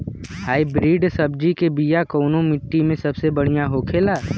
Hybrid सब्जी के बिया कवने मिट्टी में सबसे बढ़ियां होखे ला?